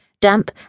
damp